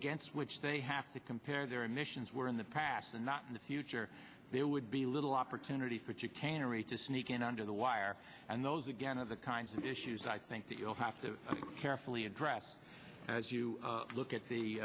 against which they have to compare their emissions were in the past and not in the future there would be little opportunity for chick tannery to sneak in under the wire and those again of the kinds of issues i think that you'll have to carefully address as you look at the